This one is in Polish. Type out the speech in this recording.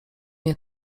nie